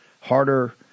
Harder